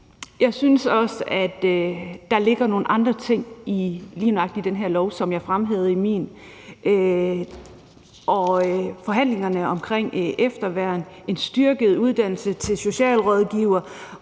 jeg synes også, at der ligger nogle andre ting i lige nøjagtig den her lov, som jeg fremhævede i min tale: forhandlingerne omkring efterværn, en styrket uddannelse til socialrådgivere